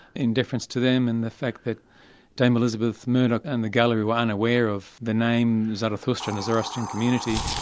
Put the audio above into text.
in deference to them, and the fact that dame elizabeth murdoch and the gallery were unaware of the name zarathustra in the zoroastrian community,